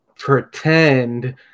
pretend